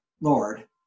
Lord